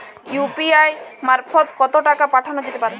UPI মারফত কত টাকা পাঠানো যেতে পারে?